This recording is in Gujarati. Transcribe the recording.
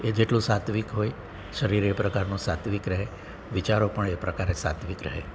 એ જેટલું સાત્વિક હોય શરીર એ પ્રકારનું સાત્વિક રહે વિચારો પણ એ પ્રકારે સાત્વિક રહે